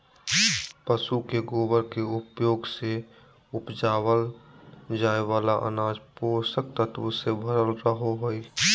पशु के गोबर के उपयोग से उपजावल जाय वाला अनाज पोषक तत्वों से भरल रहो हय